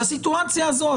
לסיטואציה הזאת,